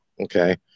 Okay